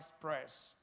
press